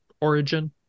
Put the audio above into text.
origin